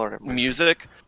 music